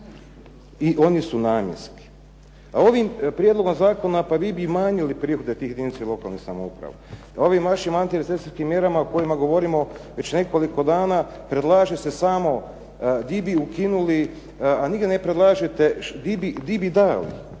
i oni su namjenski. A ovim prijedlogom zakona, pa vi bi umanjili prihode tih jedinica lokalnih samouprave. Ovim vašim antirecesijskim mjerama o kojima govorimo već nekoliko dana predlaže se samo di bi ukinuli a nigdje ne predlažete gdje bi dali,